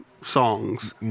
songs